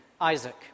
Isaac